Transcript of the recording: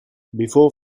before